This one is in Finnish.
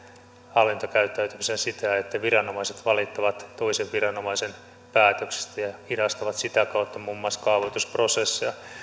hallintokäyttäytymisenä sitä että viranomaiset valittavat toisen viranomaisen päätöksistä ja ja hidastavat sitä kautta muun muassa kaavoitusprosesseja